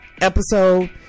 episode